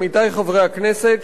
עמיתי חברי הכנסת,